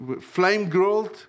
Flame-grilled